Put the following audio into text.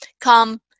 Come